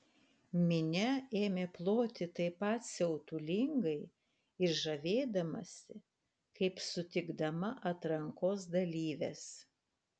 minia ėmė ploti taip pat siautulingai ir žavėdamasi kaip sutikdama atrankos dalyves